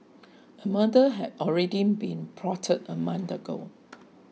a murder had already been plotted a month ago